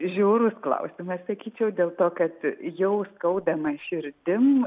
žiaurus klausimas sakyčiau dėl to kad jau skaudama širdim